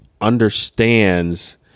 understands